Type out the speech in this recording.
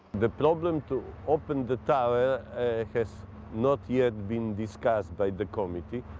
the problem to open the tower has not yet been discussed by the committee.